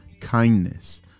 kindness